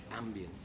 Ambience